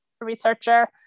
researcher